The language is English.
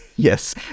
Yes